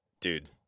dude